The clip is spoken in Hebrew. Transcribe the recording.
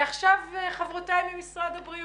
עכשיו חברותיי ממשרד הבריאות.